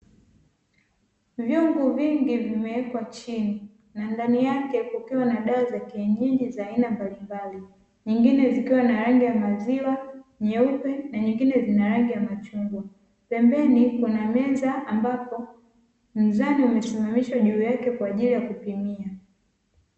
Vyombo vingi vimewekwa chini na ndani yake kukiwa na dawa za kienyeji za aina mbalimbali; nyingine zikiwa na rangi ya maziwa, nyeupe na nyingine zina rangi ya machungwa. Pembeni kuna meza ambapo mzani umesimamishwa juu yake kwa ajili ya kupimia.